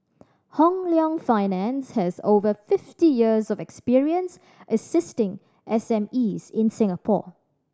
Hong Leong Finance has over fifty years of experience assisting S M Es in Singapore